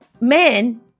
men